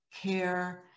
care